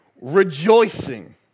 Rejoicing